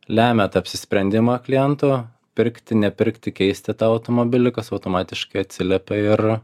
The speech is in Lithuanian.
lemia tą apsisprendimą klientų pirkti nepirkti keisti tą automobilį kas automatiškai atsiliepia ir